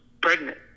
pregnant